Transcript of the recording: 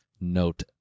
note